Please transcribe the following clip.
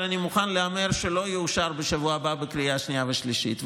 אבל אני מוכן להמר שהוא לא יאושר בשבוע הבא בקריאה השנייה והשלישית,